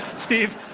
steve,